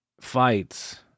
fights